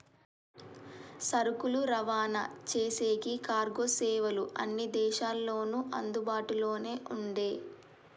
సరుకులు రవాణా చేసేకి కార్గో సేవలు అన్ని దేశాల్లోనూ అందుబాటులోనే ఉండే